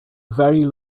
very